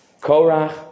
Korach